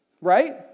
right